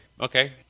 okay